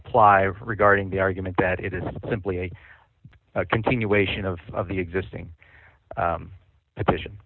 apply regarding the argument that it is simply a continuation of the existing petition